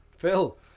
Phil